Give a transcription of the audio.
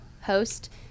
host